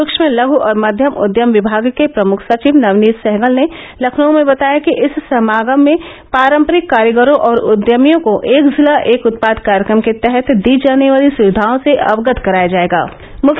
सूक्ष्म लघू और मध्यम उद्यम विभाग के प्रमुख सचिव नवनीत सहगल ने लखनऊ में बताया कि इस समागम में पारम्परिक कारीगरों और उद्यमियों को एक जिला एक उत्पाद कार्यक्रम के तहत दी जाने वाली सुविघाओं से अवगत कराया जाये गा